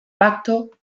pacto